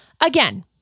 Again